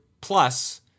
plus